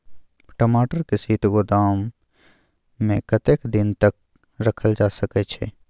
टमाटर के शीत गोदाम में कतेक दिन तक रखल जा सकय छैय?